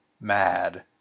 mad